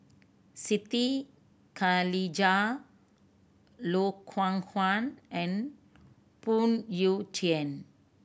Siti Khalijah Loh Hoong Kwan and Phoon Yew Tien